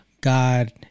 God